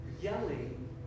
yelling